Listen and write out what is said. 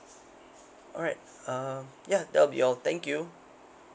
alright uh ya that'll be all thank you